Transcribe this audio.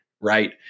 right